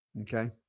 Okay